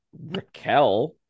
Raquel